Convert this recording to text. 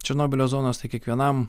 černobylio zonos tai kiekvienam